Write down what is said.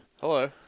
Hello